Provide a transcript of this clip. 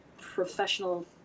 professional